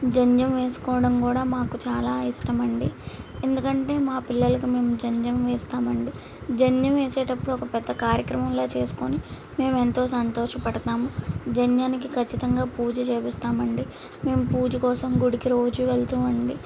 జంద్యం వేసుకోవడం కూడా మాకు చాలా ఇష్టమండి ఎందుకంటే మా పిల్లలకు మేము జంద్యం వేస్తామండి జంద్యం వేసేటప్పుడు ఒక పెద్ద కార్యక్రమంలా చేసుకోని మేము ఎంతో సంతోషపడతాం జంద్యానికి ఖచ్చితంగా పూజ చేయిస్తామండి మేము పూజ కోసం గుడికి రోజు వెళ్తామండి